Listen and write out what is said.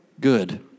good